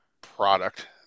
product